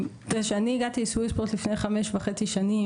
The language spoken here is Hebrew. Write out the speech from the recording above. כשהגעתי לסוויספורט לפני 5.5 שנים,